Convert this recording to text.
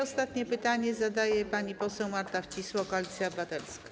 Ostatnie pytanie zadaje pani poseł Marta Wcisło, Koalicja Obywatelska.